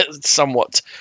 somewhat